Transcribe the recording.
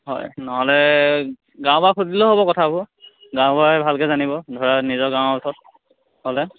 হয় নহ'লে গাঁও বুঢ়াক সুধিলেও হ'ব কথাবোৰ গাঁওবুঢ়াই ভালকে জানিব ধৰা নিজৰ গাঁৱৰ ওচৰত হ'লে